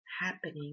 happening